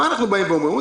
מה אנחנו באים ואומרים?